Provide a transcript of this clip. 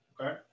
okay